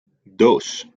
dos